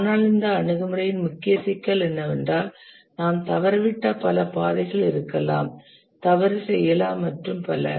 ஆனால் இந்த அணுகுமுறையின் முக்கிய சிக்கல் என்னவென்றால் நாம் தவறவிட்ட பல பாதைகள் இருக்கலாம் தவறு செய்யலாம் மற்றும் பல